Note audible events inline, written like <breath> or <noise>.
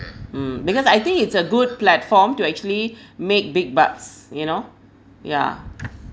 mm because I think it's a good platform to actually <breath> make big bucks you know yeah